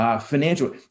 financial